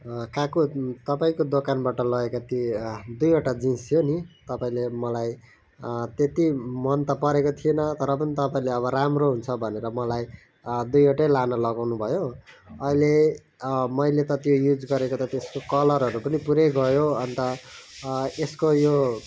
काकु तपाईँको दोकानबाट लगेको त्यो दुईवटा जिन्स थियो नि तपाईँले मलाई त्यति मन त परेको थिएन तर पनि तपाईँले अब राम्रो हुन्छ भनेर मलाई दुईवटै लानु लगाउनु भयो अहिले मैले त त्यो युज गरेको त त्यसको कलरहरू पनि पुरै गयो अन्त यसको यो